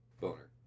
boner